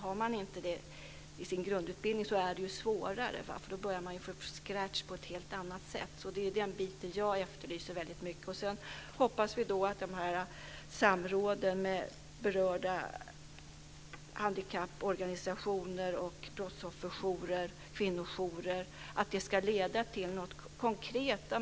Har man inte detta i sin grundutbildning är det ju svårare. Då börjar man från scratch på ett helt annat sätt. Det är den biten jag efterlyser väldigt mycket. Vi hoppas nu att samråden med berörda handikapporganisationer, brottsofferjourer och kvinnojourer ska leda till något konkret.